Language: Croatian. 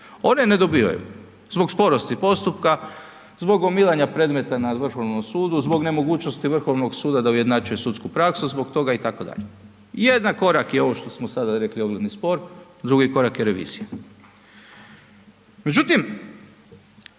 one ne dobivaju, zbog sporosti postupka, zbog gomilanja predmeta na Vrhovnom sudu, zbog nemogućnosti Vrhovnog suda da ujednačuje sudsku praksu, zbog toga itd. Jedan korak je ovo što smo sada rekli ogledni spor, drugi korak je revizija. Međutim,